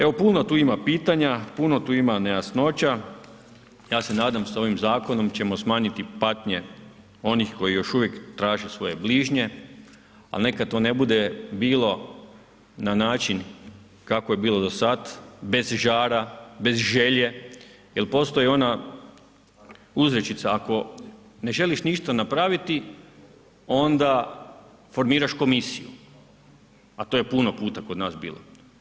Evo puno tu ima pitanja, puno tu ima nejasnoća, ja se nadam sa ovim Zakonom ćemo smanjiti patnje onih koji još uvijek traže svoje bližnje, ali neka to ne bude bilo na način kako je bilo do sad, bez žara, bez želje, jer postoji ona uzrečica ako ne želiš ništa napraviti, onda formiraš komisiju, a to je puno puta kod nas bilo.